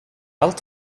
allt